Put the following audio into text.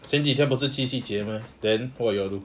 前几天不是七夕节 mah then what you all do